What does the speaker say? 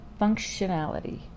functionality